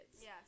Yes